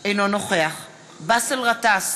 אינו נוכח באסל גטאס,